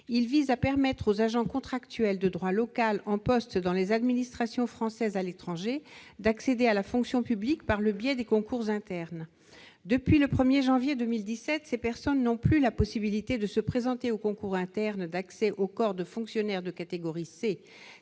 Il vise à permettre aux agents contractuels de droit local en poste dans les administrations françaises à l'étranger d'accéder à la fonction publique française par le biais des concours internes. Depuis le 1 janvier 2017, ces personnes n'ont plus la possibilité de se présenter aux concours internes d'accès aux corps de fonctionnaires de catégorie C